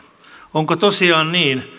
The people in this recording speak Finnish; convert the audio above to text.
onko tosiaan niin